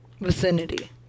vicinity